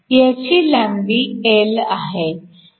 ह्याची लांबी L आहे